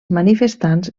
manifestants